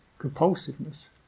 compulsiveness